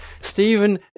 Stephen